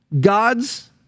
God's